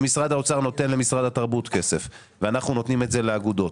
אם משרד האוצר נותן למשרד התרבות כסף ואנחנו נותנים לאגודות,